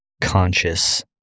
conscious